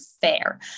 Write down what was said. fair